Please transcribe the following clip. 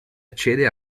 accede